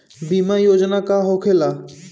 बीमा योजना का होखे ला?